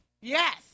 yes